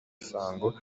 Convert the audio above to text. sango